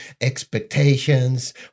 expectations